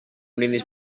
brindis